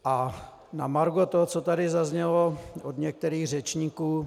A na margo toho, co tady zaznělo od některých řečníků.